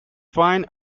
fine